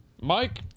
Mike